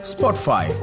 Spotify